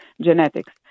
genetics